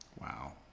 Wow